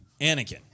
Anakin